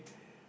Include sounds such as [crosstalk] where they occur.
[breath]